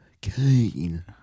Kane